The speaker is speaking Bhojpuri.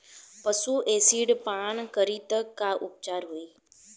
पशु एसिड पान करी त का उपचार होई?